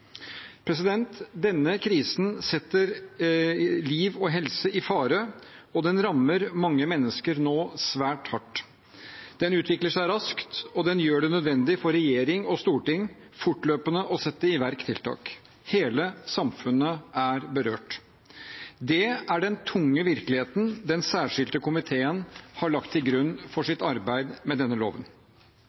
viktige. Denne krisen setter liv og helse i fare, og den rammer mange mennesker svært hardt. Den utvikler seg raskt, og den gjør det nødvendig for regjering og storting fortløpende å sette i verk tiltak. Hele samfunnet er berørt. Det er den tunge virkeligheten som den særskilte komiteen har lagt til grunn for sitt arbeid med denne loven.